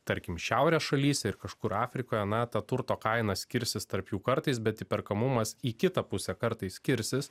tarkim šiaurės šalyse ir kažkur afrikoje na ta turto kaina skirsis tarp jų kartais bet įperkamumas į kitą pusę kartais skirsis